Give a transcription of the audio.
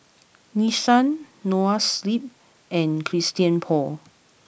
Nissan Noa Sleep and Christian Paul